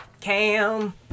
Cam